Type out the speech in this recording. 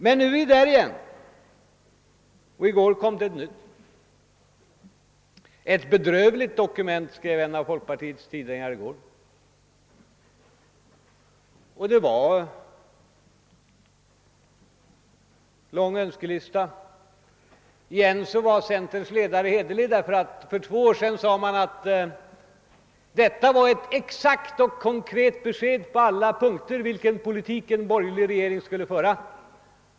Men nu är vi där igen — i går kom ett nytt program. Ett bedrövligt dokument, skrev en av folkpartiets tidningar i går. Det upptog en lång önskelista. Man återigen var centerpartiets ledare hederlig. För två år sedan sade man att det program som då utarbetats innehöll exakt och «konkret besked på alla punkter i fråga om vilken politik en borgerlig regering skulle föra.